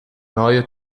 neue